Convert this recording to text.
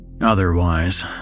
Otherwise